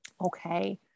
okay